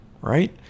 right